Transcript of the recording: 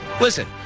Listen